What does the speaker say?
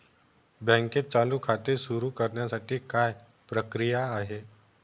बँकेत चालू खाते सुरु करण्यासाठी काय प्रक्रिया आहे?